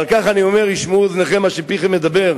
על כך אני אומר: ישמעו אוזניכם מה שפיכם מדבר.